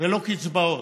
ולא קצבאות,